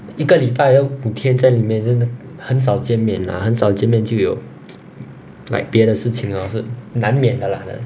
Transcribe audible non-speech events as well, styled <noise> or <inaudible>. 一个礼拜要五五天在里面很很少见面啦很少见面就有 <noise> like 别的事情 lor 是难免的啦 like